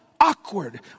awkward